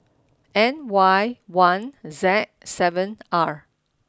N Y one Z seven R